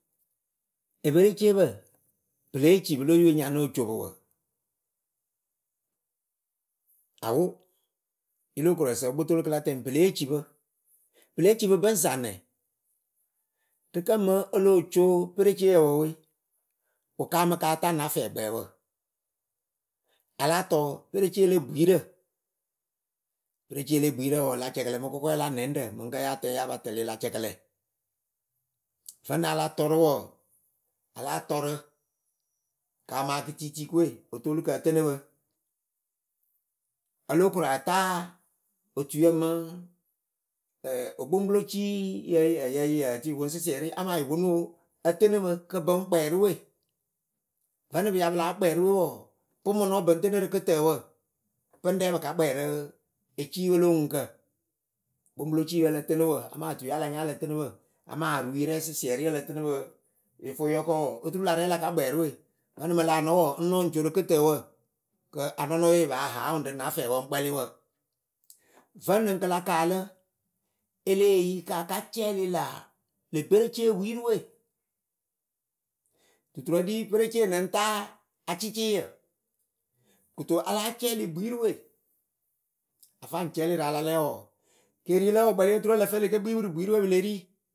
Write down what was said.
Epereceepǝ pɨ lée ci pɨ le yǝwe ŋ ya no co pɨ wǝ. Awo yɨ lóo korǝ sǝ wɨ kpotolo kɨ la tɛŋ pɨ lée ci pɨ. Pɨ lée ci pɨ pɨŋ saŋ nɛ? Rɨkǝ mɨŋ o lóo co pereceeyǝ wǝ we, wɨ kaamɨ ka taa na fɛɛkpɛɛwǝ. A láa tɔ perecee le bwiirǝ. Pereceee le bwiirǝ wɔɔ la cɛkɛlɛ mɨ kʊkɔɛ la nɛŋɖǝ mɨŋkǝ ya tɛŋ ya pa tɛlɩ la cɛkɛlɛ. Vǝnɨŋ a la tɔ rɨ wɔɔ, a láa tɔ rɨ ka ma kitiitikɨwe otolukɨ ǝ tɨnɨ pɨ o lo korata otuyǝ mɨŋ ɛɛ okpoŋkpɨloci yǝ ǝyǝ yǝǝ tɨ yɨ poŋ sɩsɩɛrɩ amaa yɨ ponu oo ǝ tɨnɨ pɨ kɨ bɨŋ kpɛrɨwe. Vǝnɨŋ pɨ ya pɨ láa kpɛrɨwe wɔɔ pɨŋ mɨ nɔ pɨŋ tɨnɨ rɨ kɨtǝǝwǝ pɨŋ rɛ pɨ ka kpɛ rɨ eciye lo oŋuŋkǝ kpoŋkpɨlociye ǝ lǝ tɨnɨ wǝ amaa otuye a la nya ǝ lǝ tɨnɨ pɨ amaa oruyǝrɛ sɩsɩɛrɩ a la nya ǝ lǝ tɨnɨ pɨ yɨ fʊ yɨ yɔkɔ wɔɔ, oturu la rɛ la ka kpɛrɨwe. vǝnɨŋ láa nɔ wɔɔ ŋ nɔ ŋ co rɨ kɨtǝǝwǝ kɨ anʊnɔyɨwe yɨ paa ha ŋwɨ rɨ na fɛɛwǝ ŋ kpɛlɩ wǝ. Vǝnɨŋ kɨ la kaalɨ, e lée yi ka ka cɛlɩ la le berecee wiirɨwe duturǝ ɖi perecee nɨŋ taa acɩcɩɩyǝ kɨto a láa cɛlɩ bwiirɨwe a faŋ cɛlɩ rɨ a la lɛ wɔɔ, keriwǝ lǝ wǝ wɨ kpɛlɩ oturu ǝ lǝ fɨ e le ke kpi pɨ tɨ bwiirɨ we pɨle ri.